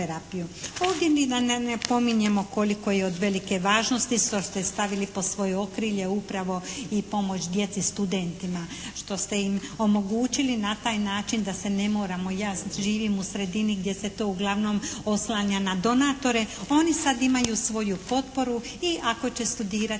Ovdje da ni ne napominjemo koliko je od velike važnosti što ste stavili pod svoje okrilje i pomoć djeci studentima, što ste im omogućili na taj način da se ne moramo, ja živim u sredini gdje se to uglavnom oslanja na donatore. Oni sada imaju svoju potporu i ako će studirati